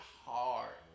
hard